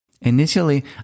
Initially